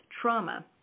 trauma